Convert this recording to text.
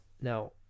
Now